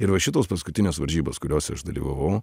ir va šitos paskutinės varžybos kuriose aš dalyvavau